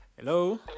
Hello